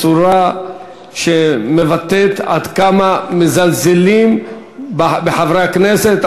צורה שמבטאת עד כמה מזלזלים בחברי הכנסת.